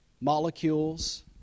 molecules